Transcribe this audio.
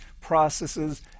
processes